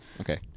Okay